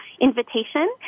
invitation